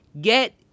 get